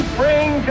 bring